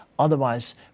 Otherwise